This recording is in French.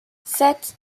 sept